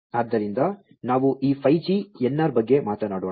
ಆದ್ದರಿಂದ ನಾವು ಈ 5G NR ಬಗ್ಗೆ ಮಾತನಾಡೋಣ